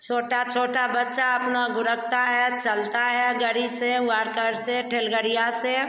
छोटा छोटा बच्चा अपना गुरकता है चलता है गाड़ी से वार्कर से ठेलगड़िया से